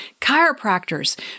chiropractors